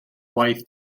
waith